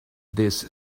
this